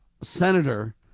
Senator